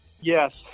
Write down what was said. Yes